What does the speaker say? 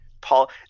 Paul